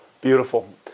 Beautiful